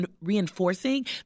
reinforcing